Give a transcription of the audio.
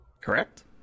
correct